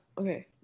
Okay